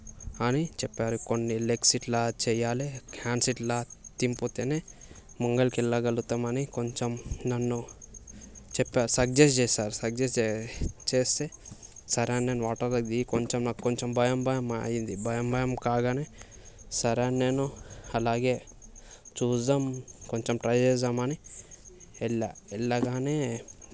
అని చెప్పారు కొన్ని లెగ్స్ ఇట్లా చేయాలి హాండ్స్ ఇట్లా తింపితేనే ముందరికి వెళ్ళగలుగుతాము అని కొంచెం నన్ను చెప్పారు సజెస్ట్ చేసారు సజెస్ట్ చేస్తే సరే అని నేను వాటర్లో దిగి కొంచెం నాకు కొంచెం భయం భయం అయింది భయం భయం కాగానే సరే అని నేను అలాగే చూద్దాము కొంచెం ట్రై చేద్దామని వెళ్ళాను వెళ్ళగానే